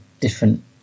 different